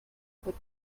about